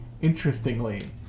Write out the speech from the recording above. Interestingly